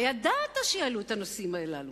הרי ידעת שיעלו את הנושאים הללו.